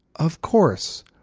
of course!